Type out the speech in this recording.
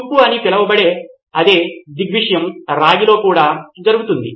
తుప్పు అని పిలువబడే అదే దృగ్విషయం రాగిలో కూడా జరుగుతుంది